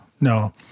No